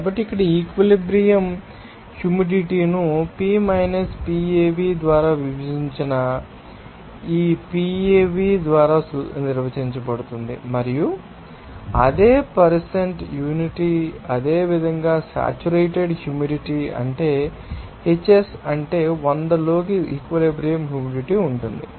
కాబట్టి ఇక్కడ equilibrium humidity ను P PAv ద్వారా విభజించిన ఈ PAv ద్వారా నిర్వచించబడుతుంది మరియు అదే పరిసెంట్ యూనిటీ అదే విధంగా సాచురేటెడ్ హ్యూమిడిటీ అంటే Hs అంటే 100 లోకి ఈక్విలిబ్రియం హ్యూమిడిటీ ఉంటుంది